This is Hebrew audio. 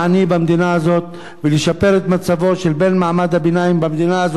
במדינה הזאת ולשפר את מצבו של בן מעמד הביניים במדינה הזאת.